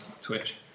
Twitch